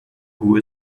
who